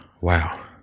Wow